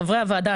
חברי הוועדה,